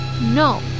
No